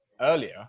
earlier